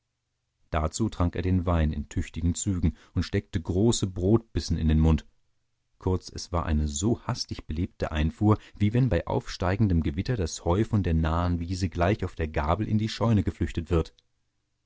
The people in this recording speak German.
dazu trank er den wein in tüchtigen zügen und steckte große brotbissen in den mund kurz es war eine so hastig belebte einfuhr wie wenn bei aufsteigendem gewitter das heu von der nahen wiese gleich auf der gabel in die scheune geflüchtet wird